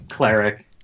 cleric